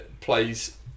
plays